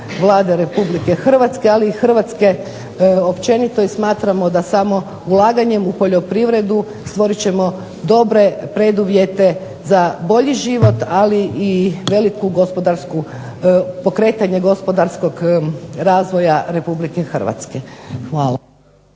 Vlade Republike Hrvatske ali i Hrvatske općenito. I smatramo da samo ulaganjem u poljoprivredu stvorit ćemo dobre preduvjete za bolji život ali i veliku gospodarsku, pokretanje gospodarskog razvoja Republike Hrvatske. Hvala.